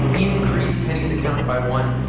increase kenney's account by one.